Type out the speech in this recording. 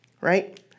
right